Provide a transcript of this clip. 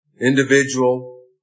individual